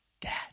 dad